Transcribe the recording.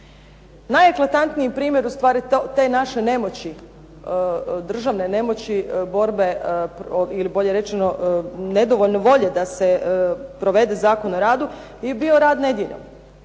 Najeklatantniji primjer ustvari te naše državne nemoći, borbe ili bolje rečeno nedovoljno volje da se provede Zakon o radu je bio rad nedjeljom.